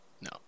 no